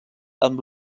amb